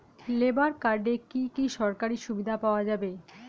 Labour কার্ডে কি কি সরকারি সুবিধা পাওয়া যাবে?